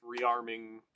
rearming